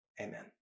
Amen